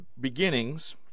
beginnings